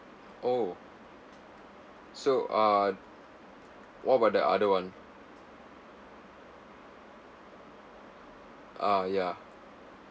oh so ah what about the other one ah ya